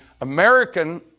American